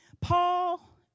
Paul